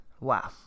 Wow